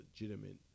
legitimate